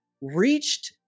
reached